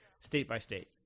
state-by-state